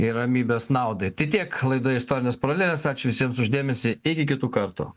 ir ramybės naudai tai tiek laidoje istorinės paralelės ačiū visiems už dėmesį iki kitų kartų